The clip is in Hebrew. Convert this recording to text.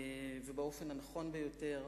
ובאופן הנכון ביותר,